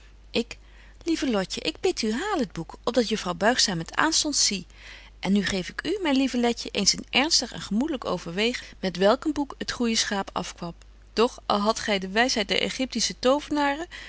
ik lieve lotje ik bid u haal het boek op dat juffrouw buigzaam het aanstonds zie en nu geef ik u myn lieve letje eens in ernstig en gemoedelyk overwegen met welk een boek het goeje schaap afkwam doch al hadt gy al de wysheid der egiptische